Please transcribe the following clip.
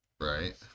Right